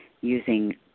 using